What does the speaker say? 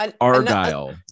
Argyle